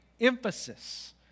emphasis